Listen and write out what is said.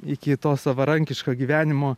iki to savarankiško gyvenimo